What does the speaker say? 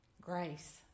Grace